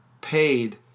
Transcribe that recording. paid